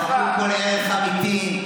מחקו כל ערך אמיתי,